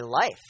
life